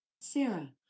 Sarah